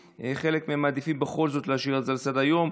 חלק מהם מעדיפים בכל זאת להשאיר את זה על סדר-היום,